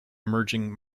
emerging